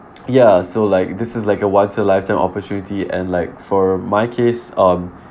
ya so like this is like a once in a lifetime opportunity and like for my case um